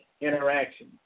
interaction